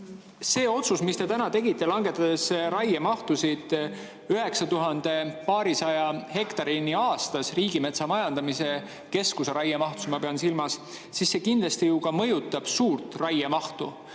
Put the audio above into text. See otsus, mis te täna tegite, langetades raiemahtusid 9000 ja paarisaja hektarini aastas – Riigimetsa Majandamise Keskuse raiemahtusid ma pean silmas –, kindlasti ju mõjutab suurt raiemahtu,